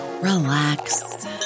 relax